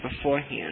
beforehand